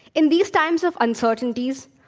in these times of uncertainties,